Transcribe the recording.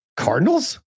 Cardinals